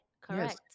correct